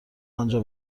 آنجا